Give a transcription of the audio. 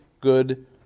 good